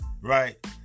right